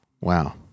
Wow